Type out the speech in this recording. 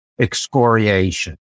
excoriation